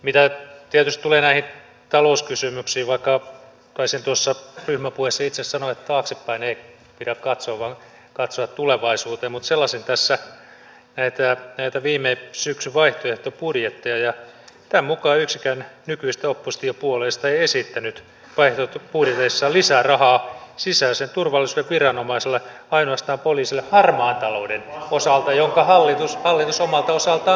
mitä tietysti tulee näihin talouskysymyksiin vaikkakin taisin tuossa ryhmäpuheessa itse sanoa että ei pidä katsoa taaksepäin vaan tulevaisuuteen niin selasin tässä näitä viime syksyn vaihtoehtobudjetteja ja tämän mukaan yksikään nykyisistä oppositiopuolueista ei esittänyt vaihtoehtobudjeteissaan lisärahaa sisäiseen turvallisuuden viranomaiselle ainoastaan poliisille harmaan talouden osalta jonka hallitus omalta osaltaan kuittasi